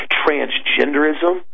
transgenderism